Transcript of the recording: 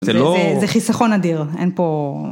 זה חיסכון אדיר, אין פה...